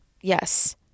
Yes